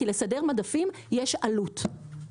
כי לסידור המדפים יש עלות,